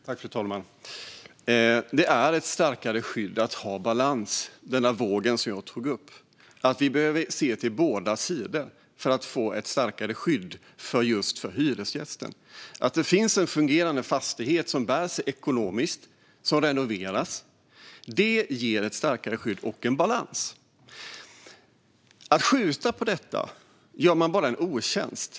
Fru talman! Det är ett starkare skydd att ha balans. Jag nämnde vågen och att vi behöver se till båda sidor för att få ett starkare skydd just för hyresgästerna. Att det finns en fungerande fastighet som bär sig ekonomiskt och som renoveras ger ett starkare skydd och en balans. Genom att skjuta på detta gör man bara en otjänst.